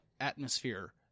atmosphere